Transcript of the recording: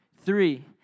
three